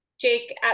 Jake